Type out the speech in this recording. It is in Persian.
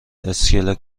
اسکله